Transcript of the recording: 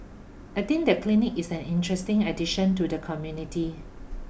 I think the clinic is an interesting addition to the community